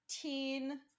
teen